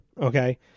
Okay